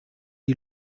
die